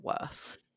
worse